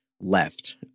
left